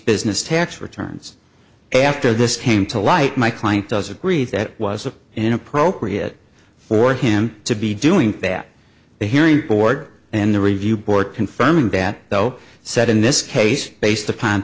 business tax returns after this came to light my client does agree that was inappropriate for him to be doing that the hearing board and the review board confirming bat though said in this case based upon